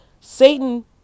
Satan